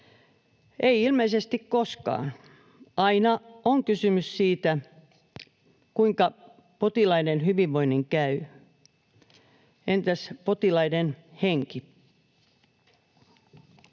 ei ilmeisesti koskaan. Aina on kysymys siitä, kuinka potilaiden hyvinvoinnin käy. Entäs potilaiden henki?